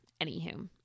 anywho